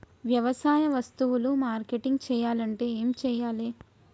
వ్యవసాయ వస్తువులు మార్కెటింగ్ చెయ్యాలంటే ఏం చెయ్యాలే?